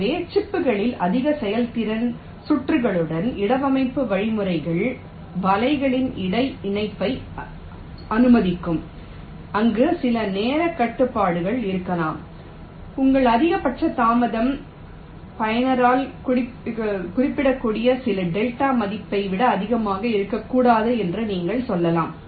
எனவே சிப்களில் அதிக செயல்திறன் சுற்றுகளுக்கு இடவமைவுப்பு வழிமுறைகள் வலைகளின் இடை இணைப்பை அனுமதிக்கும் அங்கு சில நேரக் கட்டுப்பாடுகள் இருக்கலாம் உங்கள் அதிகபட்ச தாமதம் குறிப்பிடக்கூடிய சில டெல்டா மதிப்பை விட அதிகமாக இருக்கக்கூடாது என்று நீங்கள் சொல்லலாம்